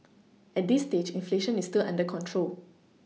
at this stage inflation is still under control